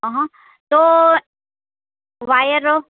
અહં તો વાયરો